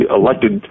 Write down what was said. elected